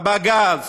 בג"ץ,